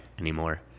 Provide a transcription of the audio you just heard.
anymore